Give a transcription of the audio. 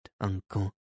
uncle